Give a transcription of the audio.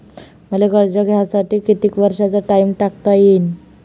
मले कर्ज घ्यासाठी कितीक वर्षाचा टाइम टाकता येईन?